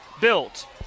built